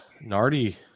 nardi